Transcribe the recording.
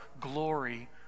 glory